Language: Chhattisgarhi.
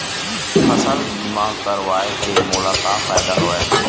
फसल बीमा करवाय के मोला का फ़ायदा हवय?